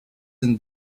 and